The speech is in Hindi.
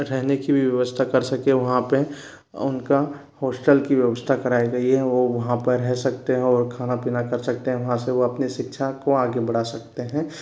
रहने की व्यवस्था कर सकें वहाँ पे उनका होस्टल की व्यवस्था कराई गई है वो वहाँ पर रह सकते हैं और खाना पीना कर सकते हैं वहाँ से वो अपनी शिक्षा को आगे बढ़ा सकते हैं